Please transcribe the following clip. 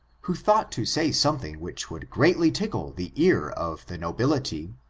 who thought to say something which would greatly tickle the ear of the nobility,